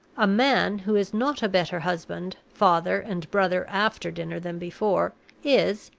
a man who is not a better husband, father, and brother after dinner than before is,